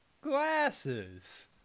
glasses